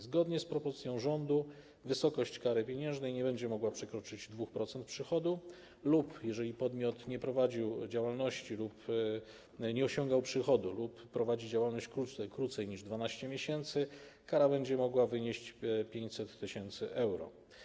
Zgodnie z propozycją rządu wysokość kary pieniężnej nie będzie mogła przekroczyć 2% przychodu lub - jeżeli podmiot nie prowadził działalności lub nie osiągał przychodu, lub prowadzi działalność krócej niż 12 miesięcy - kara będzie mogła wynieść 500 tys. euro.